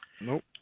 Nope